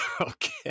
Okay